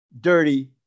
dirty